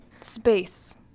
Space